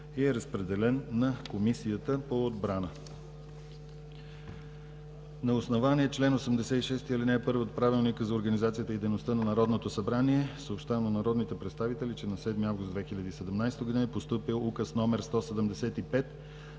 и е разпределен на Комисията по отбраната. На основание чл. 86, ал. 1 от Правилника за организацията и дейността на Народното събрание съобщавам на народните представители, че на 7 август 2017 г. е постъпил Указ № 175